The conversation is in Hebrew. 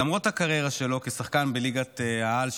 למרות הקריירה שלו כשחקן בליגת-העל,